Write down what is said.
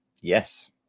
Yes